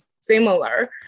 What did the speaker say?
similar